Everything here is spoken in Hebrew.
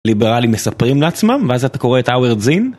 ליברלים מספרים לעצמם, ואז אתה קורא את האוורד זין?